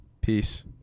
peace